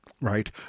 right